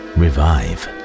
revive